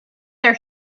are